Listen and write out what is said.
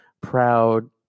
proud